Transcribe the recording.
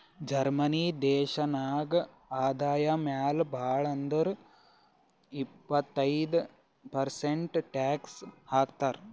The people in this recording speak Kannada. ಜರ್ಮನಿ ದೇಶನಾಗ್ ಆದಾಯ ಮ್ಯಾಲ ಭಾಳ್ ಅಂದುರ್ ಇಪ್ಪತ್ತೈದ್ ಪರ್ಸೆಂಟ್ ಟ್ಯಾಕ್ಸ್ ಹಾಕ್ತರ್